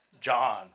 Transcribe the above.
John